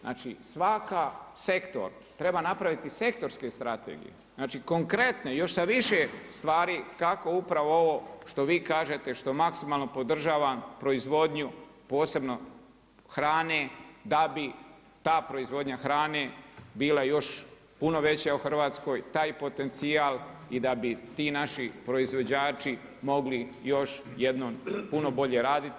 Znači svaki sektor treba napraviti sektorske strategije, znači konkretno još sa više stvari kako upravo ovo što vi kažete što maksimalno podržavam proizvodnju, posebno hrane da bi ta proizvodnja hrane bila još puno veća u Hrvatskoj, taj potencijal i da bi ti naši proizvođači mogli još jednom puno bolje raditi.